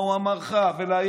מה הוא אמר לך ולאילת?